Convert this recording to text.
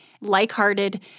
like-hearted